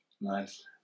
Nice